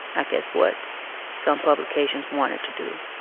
i guess, what some publications wanted to do,